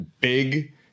big